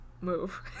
move